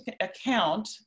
account